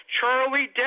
Charlie